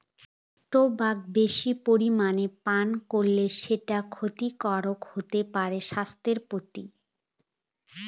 tobacco বেশি পরিমানে পান করলে সেটা ক্ষতিকারক হতে পারে স্বাস্থ্যের প্রতি